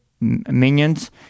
minions